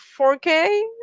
4K